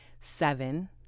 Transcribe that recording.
seven